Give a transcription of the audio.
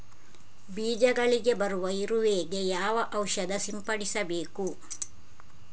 ಬೀಜಗಳಿಗೆ ಬರುವ ಇರುವೆ ಗೆ ಯಾವ ಔಷಧ ಸಿಂಪಡಿಸಬೇಕು?